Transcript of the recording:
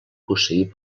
posseir